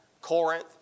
Corinth